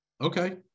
Okay